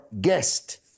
guest